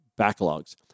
backlogs